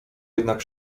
jednak